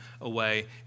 away